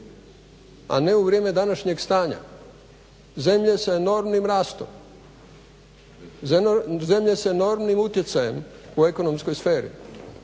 a ne u vrijeme današnjeg stanja zemlje sa enormnim rastom, zemlje sa enormnim utjecajem po ekonomskoj sferi.